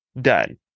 done